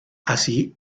así